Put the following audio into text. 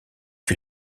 que